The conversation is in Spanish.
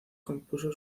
compuso